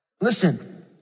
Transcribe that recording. Listen